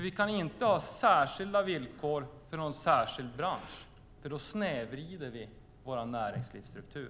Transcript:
Vi kan inte ha särskilda villkor för någon särskild bransch, för då snedvrider vi vår näringslivsstruktur.